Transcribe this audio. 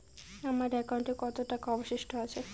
আমার একাউন্টে কত টাকা অবশিষ্ট আছে?